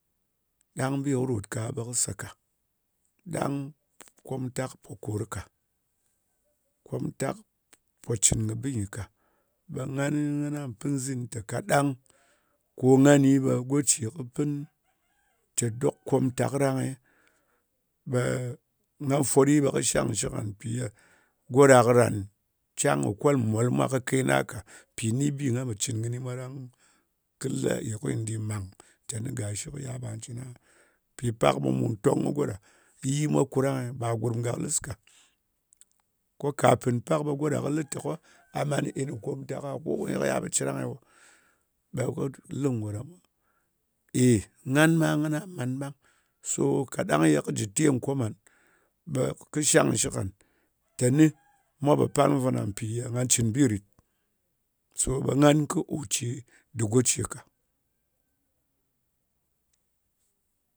Ɗang bi kɨ ròt ka ɓe kɨ se ka. Ɗang kòmtàk pò kor ka komtak pò cɨn kɨ bɨ nyɨ ka. Ɓe ngan ngana pɨn nzin tè kaɗang ko ngani, ɓe go ce kɨ pɨn te dok komtak rang-e, ɓe nga fwot ɗi, ɓe kɨ shangshɨk ngan, mpì ye go ɗa karan can kɨ kolm mòl mwa kake na ka, mpì ni bi nga po cɨn kɨni mwa ɗang kɨ la-e kɨy nɗì màng teni, ga shi kɨ ya,. bà cɨn aha. Mpì pak ɓe mu tong kɨ go ɗa yi mwa kurang-e. Bà gùrm gàklɨs ka. Ko kàfin ko go ɗa kɨ lɨtè a man en kɨ komtak-a? Go nyɨ kɨ yal ɓe cɨrang-e wo? Ɓe kɨ lɨ ngò ɗa mwa, tè, ey, ngan ma ngana man ɓang. So kaɗang yè kɨ jɨ te nkom ngan, ɓe kɨ shangshɨk ngan, teni mwa pò palng fana mpì yè nga cɨn bi rɨ̀t. So ɓe ngan kɨ ò ce dɨ go ce ka.